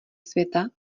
světa